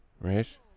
right